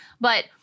but-